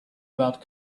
about